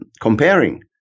comparing